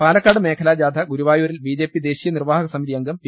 പാലക്കാട് മേഖലാ ജാഥ ഗുരുവായൂരിൽ ബിജെപി ദേശീയ നിർവാഹക സമിതി അംഗം പി